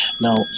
now